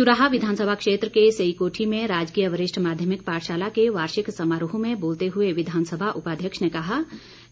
चुराह विधानसभा क्षेत्र के सेईकोठी में राजकीय वरिष्ठ माध्यमिक पाठशाला के वार्षिक समारोह में बोलते हुए विधानसभा उपाध्यक्ष ने कहा